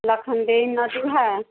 लखनदेइ नदी हय